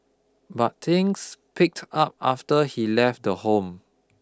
but things picked up after he left the home